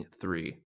three